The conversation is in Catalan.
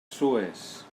sues